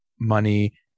money